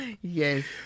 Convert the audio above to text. yes